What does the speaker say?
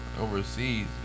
overseas